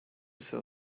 sell